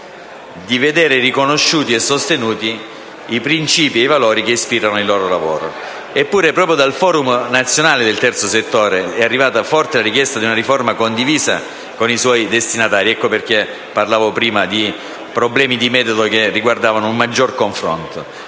di vedere riconosciuti e sostenuti i principi e i valori che ispirano il loro lavoro. Eppure, proprio dal Forum nazionale del terzo settore è arrivata forte la richiesta di una riforma condivisa con i suoi destinatari (per questo parlavo prima di problemi di metodo che riguardavano un maggior confronto).